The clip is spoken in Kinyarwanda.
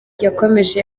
yakomeje